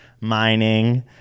mining